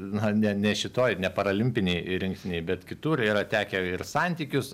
na ne ne šitoj ne paralimpinėj rinktinėj bet kitur yra tekę ir santykius